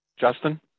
Justin